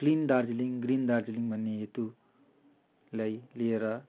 clean Darjeeling green Darjeeling भन्ने हेतुलाई लिएर